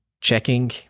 checking